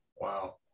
Wow